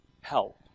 help